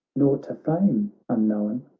nor to fame un known.